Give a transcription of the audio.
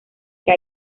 que